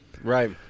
Right